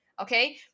Okay